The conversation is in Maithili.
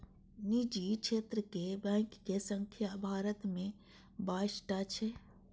निजी क्षेत्रक बैंक के संख्या भारत मे बाइस टा छै